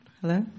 Hello